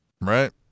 Right